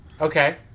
Okay